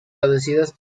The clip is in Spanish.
traducidas